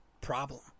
problem